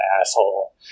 asshole